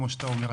כמו שאתה אומר,